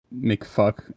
McFuck